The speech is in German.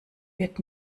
wird